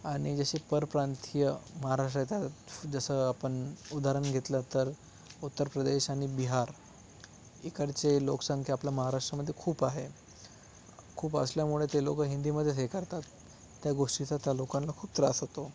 आणि जसे परप्रांतीय महाराष्ट्राच्या जसं आपण उदाहरण घेतलं तर उत्तर प्रदेश आणि बिहार इकडचे लोकसंख्या आपल्या महाराष्ट्रामध्ये खूप आहे खूप असल्यामुळे ते लोकं हिंदीमध्येच हे करतात त्या गोष्टीचा त्या लोकांना खूप त्रास होतो